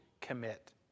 commit